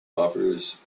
offers